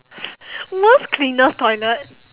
most cleanest toilet